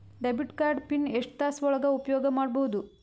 Debit card PIN ಎಷ್ಟ ತಾಸ ಒಳಗ ಉಪಯೋಗ ಮಾಡ್ಬಹುದು?